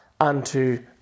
unto